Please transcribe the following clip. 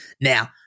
Now